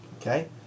Okay